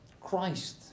Christ